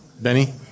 Benny